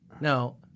No